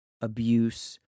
abuse